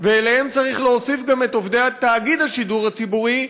ואליהם צריך להוסיף גם את עובדי תאגיד השידור הציבורי,